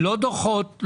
לא דוחות,